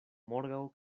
morgaŭ